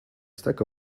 stack